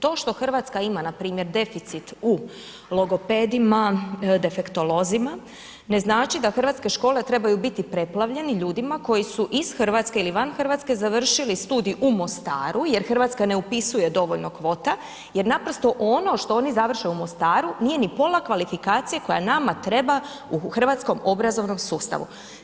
To što Hrvatska ima npr. deficit u logopedima, defektolozima ne znači da hrvatske škole trebaju biti preplavljene ljudima koji su iz Hrvatske ili van Hrvatske završili studij u Mostaru jer Hrvatska ne upisuje dovoljno kvota jer naprosto ono što oni završe u Mostaru nije ni pola kvalifikacije koja nama treba u Hrvatskom obrazovnom sustavu.